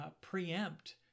preempt